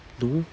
no